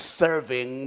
serving